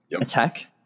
Attack